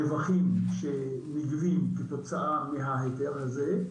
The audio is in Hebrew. הרווחים שמניבים כתוצאה מההסדר הזה,